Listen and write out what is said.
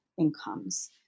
incomes